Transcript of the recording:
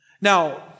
Now